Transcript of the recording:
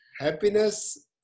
happiness